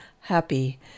Happy